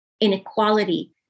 inequality